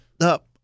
up